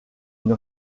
une